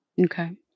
Okay